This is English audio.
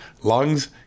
lungs